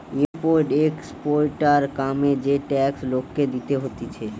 import exporter কামে যে tax লোককে দিতে হতিছে